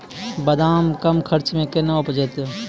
बादाम कम खर्च मे कैना उपजते?